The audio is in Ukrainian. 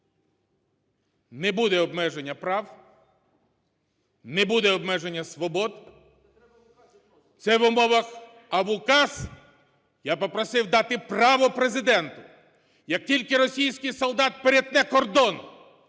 не буде обмеження прав, не буде обмеження свобод. Це в умовах. А в указ я попросив дати право Президенту, як тільки російський солдат перетне кордон,